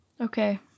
Okay